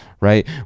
right